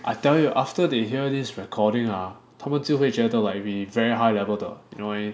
I tell you after they hear this recording ah 他们就会觉得 like we very high level 的 you know what I mean